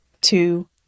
two